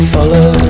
Follow